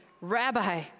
Rabbi